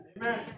Amen